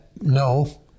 No